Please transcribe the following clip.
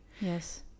Yes